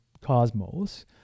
cosmos